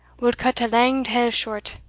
we'll cut a lang tale short,